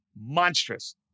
monstrous